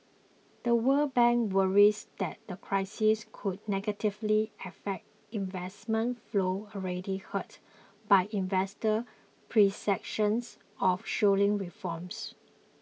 The World Bank worries that the crisis could negatively affect investment flows already hurt by investor perceptions of slowing reforms